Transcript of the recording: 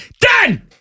Done